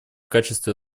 качестве